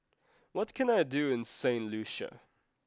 what can I do in Saint Lucia